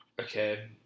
Okay